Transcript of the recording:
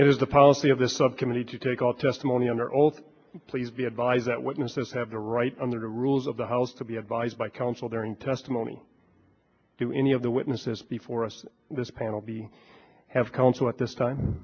the policy of this subcommittee to take all testimony under oath please be advised that witnesses have the right under the rules of the house to be advised by counsel during testimony to any of the witnesses before us this panel be have counsel at this time